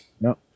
No